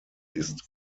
ist